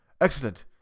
Excellent